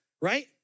right